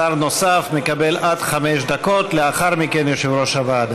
שר נוסף מקבל עד חמש דקות ולאחר מכן יושב-ראש הוועדה,